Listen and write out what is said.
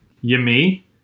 Yummy